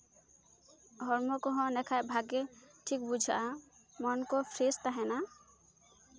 ᱦᱚᱲᱢᱚ ᱠᱚᱦᱚᱸ ᱮᱸᱰᱮᱠᱷᱟᱱ ᱵᱷᱟᱜᱮ ᱴᱷᱤᱠ ᱵᱩᱡᱷᱟᱹᱜᱼᱟ ᱢᱚᱱ ᱠᱚ ᱯᱷᱨᱮᱹᱥ ᱛᱟᱦᱮᱸᱱᱟ